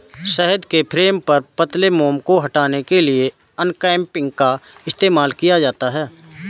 शहद के फ्रेम पर पतले मोम को हटाने के लिए अनकैपिंग का इस्तेमाल किया जाता है